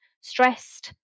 stressed